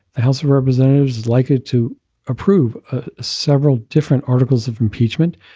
the house representatives likely to approve several different articles of impeachment.